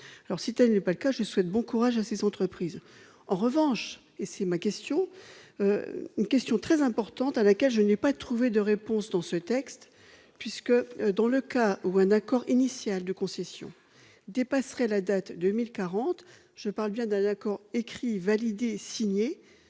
Si ce n'est pas cela, alors je souhaite bon courage à ces entreprises ! Par ailleurs, je voudrais soulever une question très importante à laquelle je n'ai pas trouvé de réponse dans ce texte : dans le cas où un accord initial de concession dépasserait la date de 2040- je parle bien d'un accord écrit, validé et signé